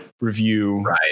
review